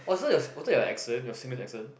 was that your was that your accent your Singlish accent